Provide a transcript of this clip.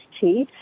tea